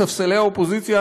מספסלי האופוזיציה,